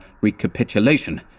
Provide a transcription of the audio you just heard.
recapitulation